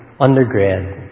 undergrad